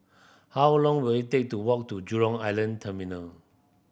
how long will it take to walk to Jurong Island Terminal